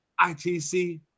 ITC